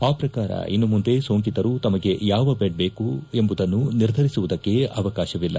ಆ ಪ್ರಕಾರ ಇನ್ನು ಮುಂದೆ ಸೋಂಕಿತರೆ ತಮಗೆ ಯಾವ ಬೆಡ್ ಬೇಕು ಎಂಬುದನ್ನ ನಿರ್ಧರಿಸುವುದಕ್ಕೆ ಅವಕಾಶವಿಲ್ಲ